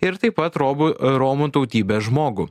ir taip pat robų romų tautybės žmogų